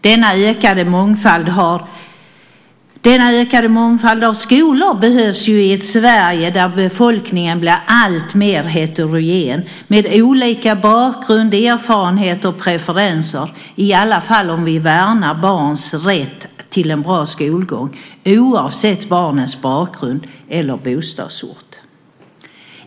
Denna ökade mångfald av skolor behövs i ett Sverige där befolkningen blir alltmer heterogen, med olika bakgrund, erfarenheter och preferenser - i alla fall om vi värnar varje barns rätt till en bra skolgång, oavsett barnets bakgrund eller bostadsort.